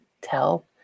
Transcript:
tell